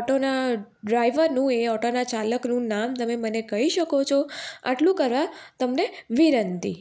ઓટોના ડ્રાઈવરનું એ ઓટોના ચાલકનું નામ તમે મને કહી શકો છો આટલું કરવા તમને વિનંતી